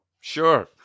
Sure